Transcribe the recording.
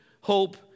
hope